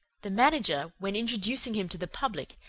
the manager, when introducing him to the public,